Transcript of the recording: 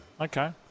Okay